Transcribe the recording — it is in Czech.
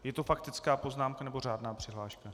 Je to faktická poznámka, nebo řádná přihláška?